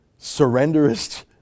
surrenderist